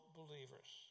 believers